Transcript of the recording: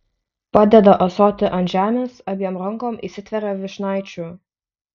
padeda ąsotį ant žemės abiem rankom įsitveria vyšnaičių